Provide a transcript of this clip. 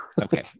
Okay